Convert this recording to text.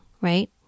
right